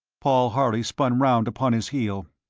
paul harley spun round upon his heel.